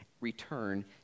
return